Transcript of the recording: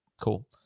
Cool